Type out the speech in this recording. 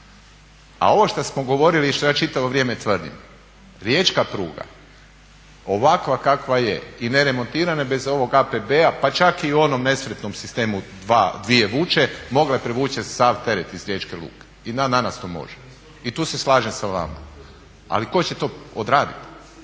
A ovo što smo govorili i što ja čitavo vrijeme tvrdim, riječka pruga ovakva kakva je i ne remontirana i bez ovog APB-a pa čak i u onom nesretnom sistemu 2, dvije vuče mogla je privući sav teret iz Riječke luke i dan danas to može. I tu se slažem sa vama. Ali tko će to odraditi,